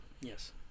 yes